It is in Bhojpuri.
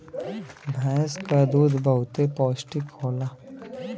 भैंस क दूध बहुते पौष्टिक होला